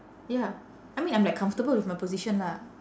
ya I mean I'm like comfortable with my position lah